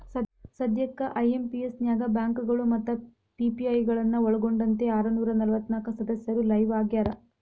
ಸದ್ಯಕ್ಕ ಐ.ಎಂ.ಪಿ.ಎಸ್ ನ್ಯಾಗ ಬ್ಯಾಂಕಗಳು ಮತ್ತ ಪಿ.ಪಿ.ಐ ಗಳನ್ನ ಒಳ್ಗೊಂಡಂತೆ ಆರನೂರ ನಲವತ್ನಾಕ ಸದಸ್ಯರು ಲೈವ್ ಆಗ್ಯಾರ